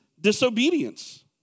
disobedience